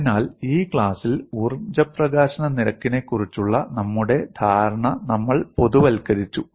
അതിനാൽ ഈ ക്ലാസ്സിൽ ഊർജ്ജ പ്രകാശന നിരക്കിനെക്കുറിച്ചുള്ള നമ്മുടെ ധാരണ നമ്മൾ പൊതുവൽക്കരിച്ചു